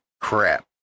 crap